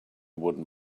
wooden